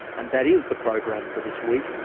and that is the program for this week.